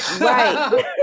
right